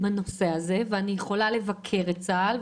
בנושא הזה ואני יכול לבקר את צה"ל.